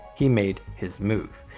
he made his move.